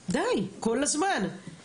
די, כל הזמן אתם מתפרצים.